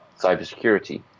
cybersecurity